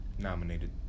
nominated